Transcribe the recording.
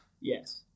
Yes